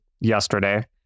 yesterday